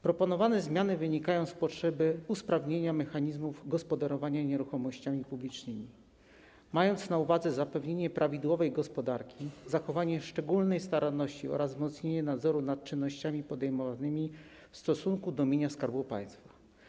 Proponowane zmiany wynikają z potrzeby usprawnienia mechanizmów gospodarowania nieruchomościami publicznymi, zapewnienia prawidłowej gospodarki, zachowania szczególnej staranności oraz wzmocnienia nadzoru nad czynnościami podejmowanymi w stosunku do mienia Skarbu Państwa.